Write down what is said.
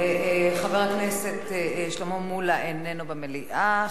הדוברים, חבר הכנסת שלמה מולה, איננו במליאה.